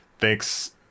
thanks